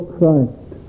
Christ